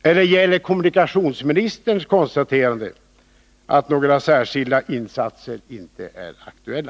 Eller gäller kommunikationsministerns konstaterande, att några särskilda insatser inte är aktuella?